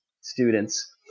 students